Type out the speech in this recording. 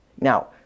Now